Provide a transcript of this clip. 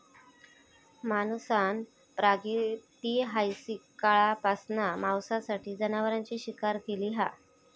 माणसान प्रागैतिहासिक काळापासना मांसासाठी जनावरांची शिकार केली हा